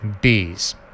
bees